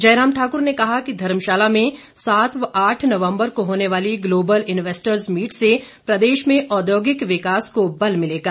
जयराम ठाकुर ने कहा कि धर्मशाला में सात व आठ नवम्बर को होने वाली ग्लोबल इन्वेस्ट्स मीट से प्रदेश में औद्योगिक विकास को बल मिलेगा